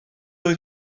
wyt